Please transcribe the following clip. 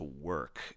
work